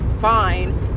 fine